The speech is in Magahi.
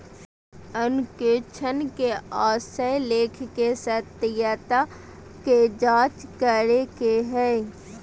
अंकेक्षण से आशय लेख के सत्यता के जांच करे के हइ